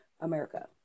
america